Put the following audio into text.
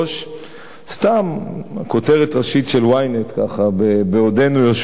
סתם, בכותרת ראשית של Ynet, בעודנו יושבים כאן,